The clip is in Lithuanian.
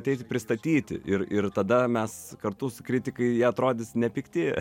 ateiti pristatyti ir ir tada mes kartu su kritikai jie atrodys nepykti